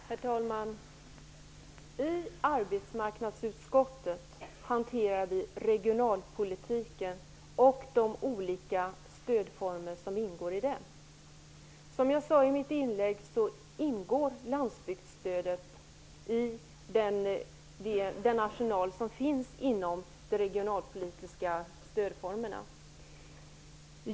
Herr talman! I arbetsmarknadsutskottet hanterar vi regionalpolitiken och de olika stödformer som ingår i den. Som jag sade i mitt inlägg ingår landsbygdsstödet i den arsenal som finns inom de regionalpolitiska stödformerna.